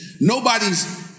Nobody's